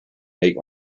make